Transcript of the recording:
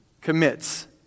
commits